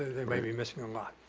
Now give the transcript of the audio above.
they may be missing a lot.